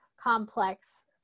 complex